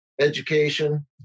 education